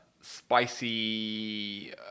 spicy